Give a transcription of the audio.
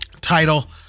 title